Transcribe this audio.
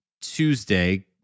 Tuesday